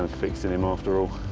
fixing him, after all.